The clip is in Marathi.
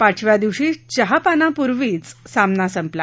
पाचव्या दिवशी चहापानापूर्वीच सामना संपला